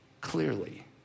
clearly